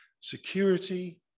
security